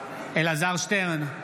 אלעזר שטרן,